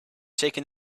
taking